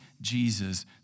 Jesus